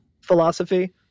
philosophy